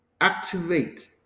Activate